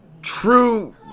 True